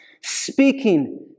speaking